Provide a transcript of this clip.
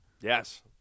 Yes